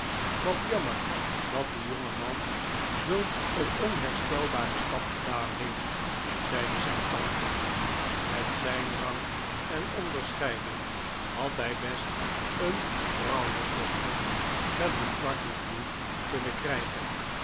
wat jammer dat die jonge man zulk een onherstelbaren stap gedaan heeft zeide zijn tante met zijn rang en onderscheiding had hij best een brouwersdochter met een kwart millioen kunnen krijgen